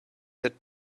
that